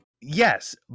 yes